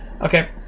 Okay